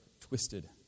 twisted